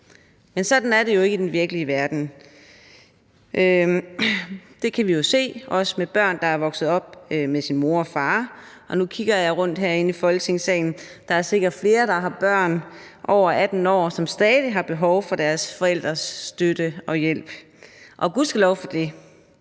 Men sådan er det jo ikke i den virkelige verden. Det kan vi jo se, også med børn, der er vokset op med deres mor og far, og nu kigger jeg rundt herinde i Folketingssalen: Der er sikkert flere, der har børn over 18 år, som stadig har behov for deres forældres støtte og hjælp, og gudskelov for det.